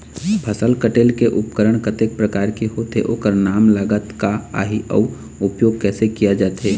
फसल कटेल के उपकरण कतेक प्रकार के होथे ओकर नाम लागत का आही अउ उपयोग कैसे किया जाथे?